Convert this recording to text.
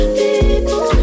people